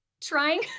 trying